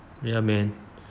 ya man